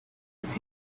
his